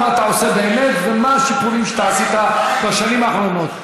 מה אתה עושה באמת ומה השיקולים שאתה עשית בשנים האחרונות.